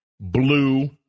Blue